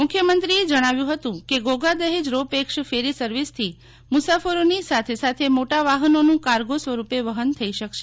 મુખ્યમંત્રીએ જણાવ્યું હતું કે Ghogha Dahej ro pax ferry સર્વિસથી મુસાફરોની સાથે સાથે મોટા વાહનોનું કાર્ગો સ્વરુપે વહન થઇ શકશે